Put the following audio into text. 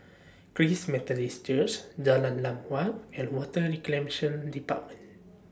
Christ Methodist Church Jalan Lam Huat and Water Reclamation department